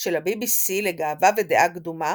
של ה־BBC לגאווה ודעה קדומה